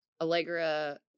Allegra